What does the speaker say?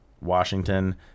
Washington